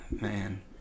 Man